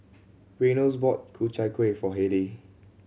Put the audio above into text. Reynolds bought Ku Chai Kuih for Hayleigh